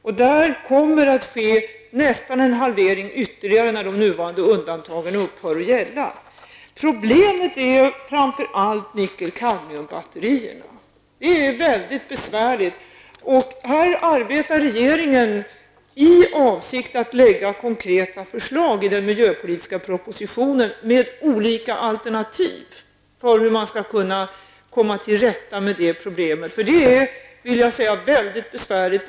På detta område kommer det att ske nästan en ytterligare halvering när de nuvarande undantagen upphör att gälla. Problemet är framför allt nickel-kadmiumbatterierna. Där är läget mycket besvärligt. Här arbetar regeringen med avsikten att i den miljöpolitiska propositionen lägga fram konkreta förslag med olika alternativ för hur man skall kunna komma till rätta med detta problem, eftersom det är mycket besvärligt.